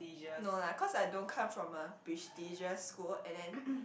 no lah cause I don't come from a prestigious school and then